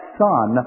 son